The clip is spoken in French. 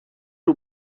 aux